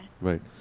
right